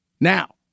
now